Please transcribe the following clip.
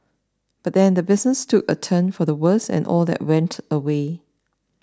but then the business took a turn for the worse and all that went away